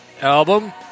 album